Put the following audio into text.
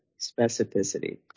specificity